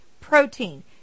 Protein